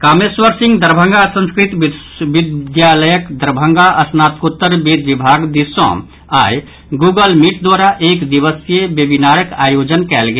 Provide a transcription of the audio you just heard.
कामेश्वर सिंह दरभंगा संस्कृत विश्वविद्यालय दरभंगाक स्नातकोत्तर वेद विभाग दिस सँ आई गुगल मीट द्वारा एक दिवसीय वेबिनारक आयोजन कयल गेल